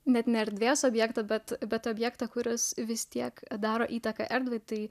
net ne erdvės objektą bet bet objektą kuris vis tiek daro įtaką erdvei tai